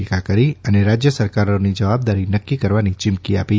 ટીકા કરી અને રાજય સરકારોની જવાબદારી નકકી કરવાની ચીમકી આપી